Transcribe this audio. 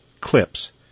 clips